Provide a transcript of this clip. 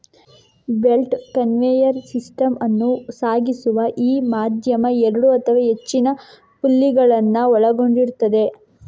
belt conveyor system ಅನ್ನು ಸಾಗಿಸುವ ಈ ಮಾಧ್ಯಮ ಎರಡು ಅಥವಾ ಹೆಚ್ಚಿನ ಪುಲ್ಲಿಗಳನ್ನ ಒಳಗೊಂಡಿರ್ತದೆ